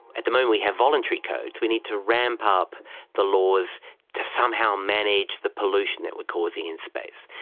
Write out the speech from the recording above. at the moment we have voluntary codes. we need to ramp up the laws to somehow manage the pollution that we are causing in space.